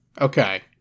Okay